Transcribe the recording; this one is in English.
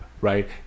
right